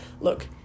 look